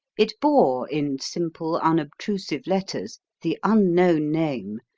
it bore in simple unobtrusive letters the unknown name,